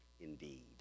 indeed